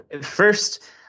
first